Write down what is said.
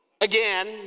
again